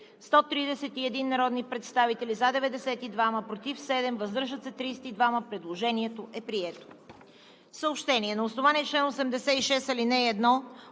131 народни представители: за 92, против 7, въздържали се 32. Предложението е прието.